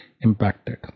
impacted